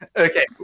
okay